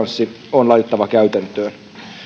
on laitettava käytäntöön